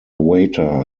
waiter